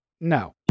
no